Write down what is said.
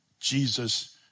Jesus